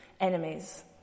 enemies